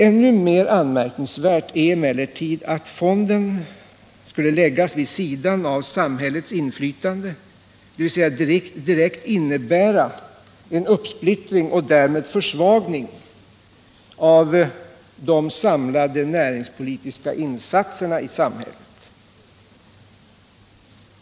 Ännu mer anmärkningsvärt är att fonden skulle läggas vid sidan av samhällets inflytande, dvs. direkt innebära en uppsplittring och därmed en försvagning av de samlade näringspolitiska insatserna i samhället.